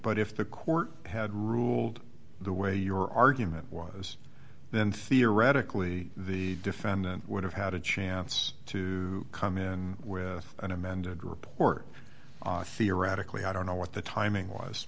but if the court had ruled the way your argument was then theoretically the defendant would have had a chance to come in with an amended report theoretically i don't know what the timing was